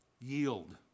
yield